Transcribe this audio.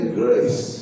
grace